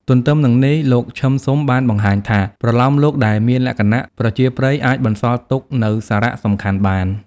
ទន្ទឹមនឹងនេះលោក ឈឹម ស៊ុម បានបង្ហាញថា ប្រលោមលោកដែលមានលក្ខណៈប្រជាប្រិយអាចបន្សល់ទុកនូវសារៈសំខាន់បាន។